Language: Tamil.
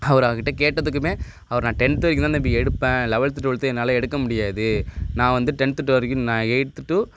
அவரு அவகிட்ட கேட்டதுக்குமே அவரு நான் டென்த்து வரைக்கும் தான் தம்பி எடுப்பேன் லெவல்த்து டுவல்த்து என்னால் எடுக்க முடியாது நான் வந்து டென்த்து டூ வரைக்கும் நான் எயித்து டூ